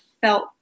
felt